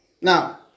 Now